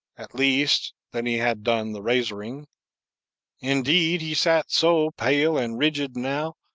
at least than he had done the razoring indeed, he sat so pale and rigid now,